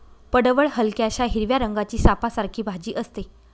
पडवळ हलक्याशा हिरव्या रंगाची सापासारखी भाजी असते